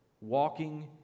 Walking